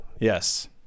Yes